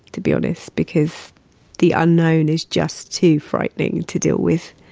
to be honest. because the unknown is just too frightening to deal with.